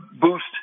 boost